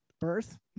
birth